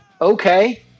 Okay